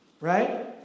right